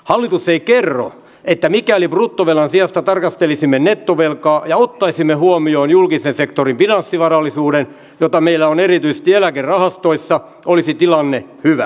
hallitus ei kerro että mikäli bruttovelan sijasta tarkastelisimme nettovelkaa ja ottaisimme huomioon julkisen sektorin finanssivarallisuuden jota meillä on erityisesti eläkerahastoissa olisi tilanne hyvä